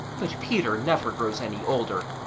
but peter never grows any older,